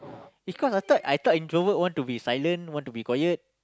because I thought I thought introvert want to be silent want to be quiet